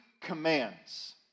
commands